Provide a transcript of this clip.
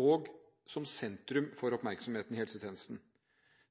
og som sentrum for oppmerksomheten i helsetjenesten.